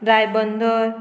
Ribandar